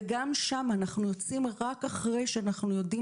גם שם אנחנו יוצאים רק אחרי שאנחנו יודעים